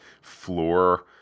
floor